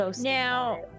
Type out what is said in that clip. Now